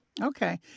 Okay